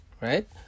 right